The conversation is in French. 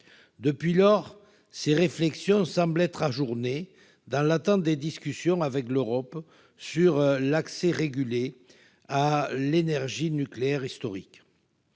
Toutefois, ces réflexions semblent ajournées, dans l'attente des discussions avec l'Europe sur l'accès régulé à l'énergie nucléaire historique.